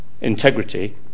integrity